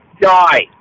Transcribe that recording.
Die